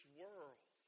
world